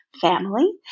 family